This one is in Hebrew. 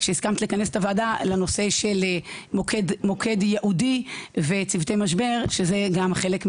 שהסכמת לכנס את הוועדה לנושא של מוקד ייעודי וצוותי משבר שזה גם חלק,